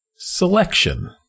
Selection